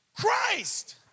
Christ